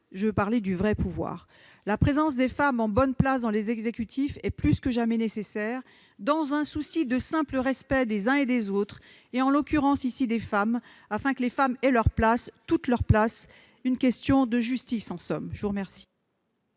je veux parler du vrai pouvoir. La présence des femmes en bonne place dans les exécutifs est plus que jamais nécessaire dans un souci de simple respect des uns et des autres, en l'occurrence des femmes, afin qu'elles aient leur place, toute leur place. C'est une question de justice, en somme ! La parole